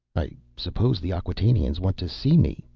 i suppose the acquatainians want to see me?